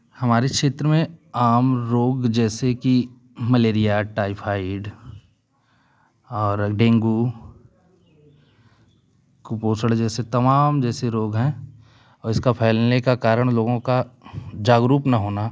हमारे क्षेत्र में आम रोग जैसे कि मलेरिया टायफॉईड और डेंगू कुपोषण जैसे तमाम जैसे रोग हैं इसका फैलने का कारण लोगों का जागरूक न होना